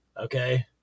okay